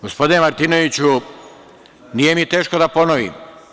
Gospodine Martinoviću, nije mi teško da ponovim.